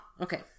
Okay